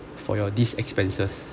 for your these expenses